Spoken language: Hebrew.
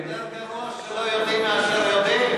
שמולי,